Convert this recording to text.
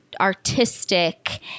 artistic